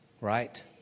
right